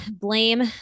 Blame